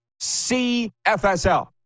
CFSL